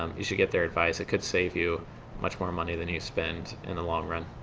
um you should get their advice. it could save you much more money than you spend in a long run.